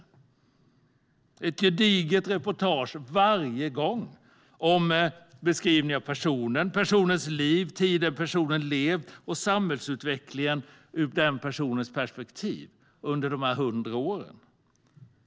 Det var ett gediget reportage varje gång, med beskrivning av personen, personens liv, den tid som personen levt och samhällsutvecklingen ur den personens perspektiv under de här hundra åren.